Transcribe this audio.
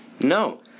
No